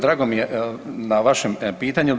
Drago mi je na vašem pitanju.